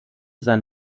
sein